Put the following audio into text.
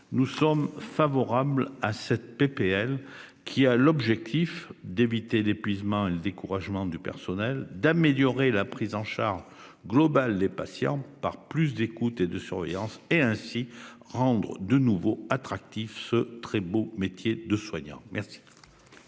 nous sommes favorables à cette proposition de loi, qui a pour but d'éviter l'épuisement et le découragement du personnel, d'améliorer la prise en charge globale des patients par plus d'écoute et de surveillance, et ainsi de rendre de nouveau attractif ce très beau métier de soignant. La